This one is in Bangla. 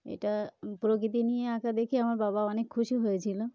এটা প্রকৃতি নিয়ে আঁকা দেখে আমার বাবা অনেক খুশি হয়েছিল